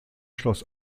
schloss